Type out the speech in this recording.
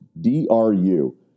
D-R-U